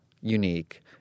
unique